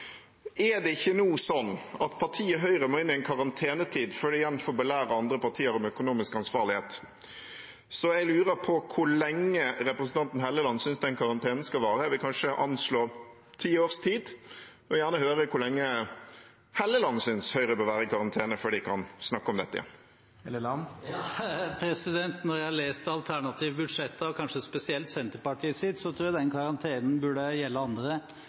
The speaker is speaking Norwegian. Er det ikke nå slik at partiet Høyre må be om karantenetid før de igjen får belære andre partier om økonomisk ansvarlighet? Jeg lurer på hvor lenge representanten Helleland synes den karantenen skal vare. Jeg vil anslå en ti års tid og gjerne høre hvor lenge Helland synes Høyre bør være i karantene før de kan snakke om dette igjen. Etter å ha lest alternative budsjett, og kanskje spesielt Senterpartiets, tror jeg den karantenen burde gjelde andre